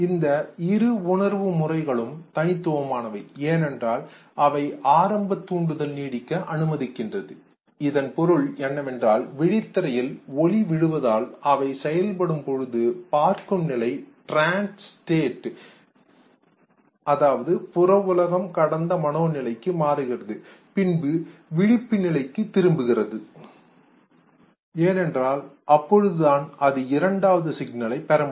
இந்த இரு உணர்வு முறைகளும் தனித்துவமானவை ஏனென்றால் அவை ஆரம்பத் தூண்டுதல் நீடிக்க அனுமதிக்கின்றது இதன் பொருள் என்னவென்றால் விழித்திரையில் ஒளி விழுவதால் அவை செயல்படும் பொழுது பார்க்கும் நிலை டிரான்ஸ் ஸ்டேட்க்கு புறஉலகு கடந்த மனோநிலை மாறுகிறது பின்பு விழிப்பு நிலைக்கு திரும்புகிறது ஏனென்றால் அப்பொழுதுதான் அது இரண்டாவது சிக்னலை பெறமுடியும்